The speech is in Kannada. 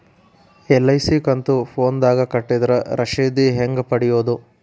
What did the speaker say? ಎಲ್.ಐ.ಸಿ ಕಂತು ಫೋನದಾಗ ಕಟ್ಟಿದ್ರ ರಶೇದಿ ಹೆಂಗ್ ಪಡೆಯೋದು?